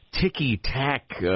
ticky-tack